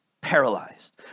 paralyzed